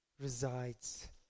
resides